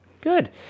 Good